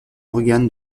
morgan